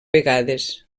vegades